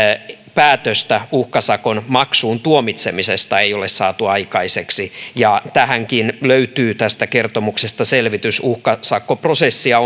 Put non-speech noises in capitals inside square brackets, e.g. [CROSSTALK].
päätöstä uhkasakon maksuun tuomitsemisesta ei ole saatu aikaiseksi ja tähänkin löytyy tästä kertomuksesta selitys uhkasakkoprosessia [UNINTELLIGIBLE]